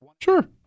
sure